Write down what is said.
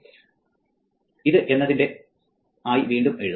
ഇത് എന്നതിന്റെ ആയി വീണ്ടും എഴുതും